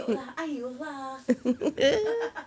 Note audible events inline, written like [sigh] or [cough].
look ah !aiyo! lah [laughs]